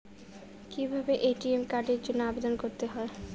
কিভাবে এ.টি.এম কার্ডের জন্য আবেদন করতে হয়?